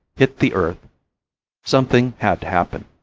hit the earth something had to happen.